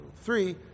three